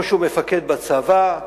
או שהוא מפקד בצבא,